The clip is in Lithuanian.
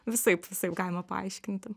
visaip visaip galima paaiškinti